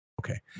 Okay